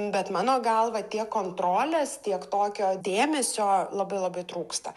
bet mano galva tiek kontrolės tiek tokio dėmesio labai labai trūksta